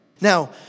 Now